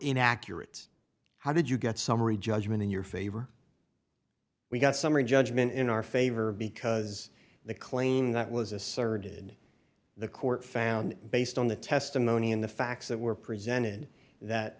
inaccurate how did you get summary judgment in your favor we got summary judgment in our favor because the claim that was asserted the court found based on the testimony and the facts that were presented that